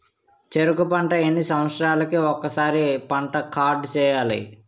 చెరుకు పంట ఎన్ని సంవత్సరాలకి ఒక్కసారి పంట కార్డ్ చెయ్యాలి?